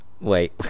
Wait